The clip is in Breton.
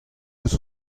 eus